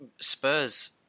Spurs